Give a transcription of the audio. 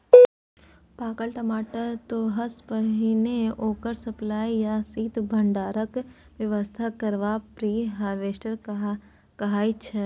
पाकल टमाटर तोरयसँ पहिने ओकर सप्लाई या शीत भंडारणक बेबस्था करब प्री हारवेस्ट कहाइ छै